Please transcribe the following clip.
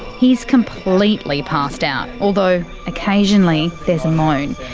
he's completely passed out. although occasionally there's a moan.